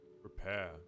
Prepare